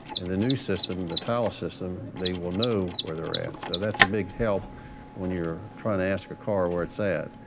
in the new system, the thales system, they will know where they're at. so that's a big help when you're trying to ask a car where it's at!